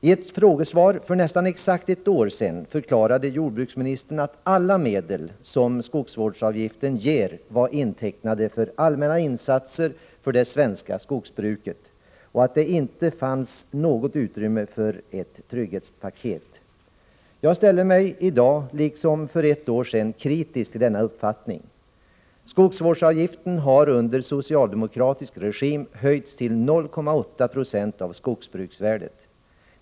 I ett frågesvar för nästan exakt ett år sedan förklarade jordbruksministern att alla de medel som skogsvårdsavgiften ger var intecknade för allmänna insatser för det svenska skogsbruket och att det inte fanns något utrymme för ett trygghetspaket. Jag ställer mig i dag liksom för ett år sedan kritisk till denna uppfattning. Skogsvårdsavgiften har under socialdemokratisk regim höjts till 0,8 20 av skogsbruksvärdet.